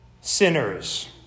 Sinners